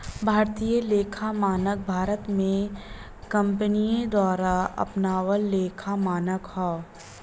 भारतीय लेखा मानक भारत में कंपनियन द्वारा अपनावल लेखा मानक हौ